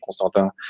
Constantin